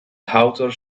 author